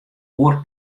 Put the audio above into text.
oar